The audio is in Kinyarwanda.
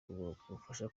kubafasha